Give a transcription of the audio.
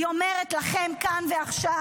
היא אומרת לכם כאן ועכשיו -- בושה.